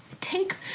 Take